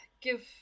give